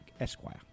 Esquire